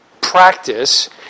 practice